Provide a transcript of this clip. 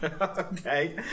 Okay